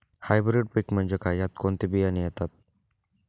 Hybrid पीक म्हणजे काय? यात कोणते बियाणे येतात?